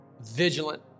vigilant